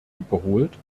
überholt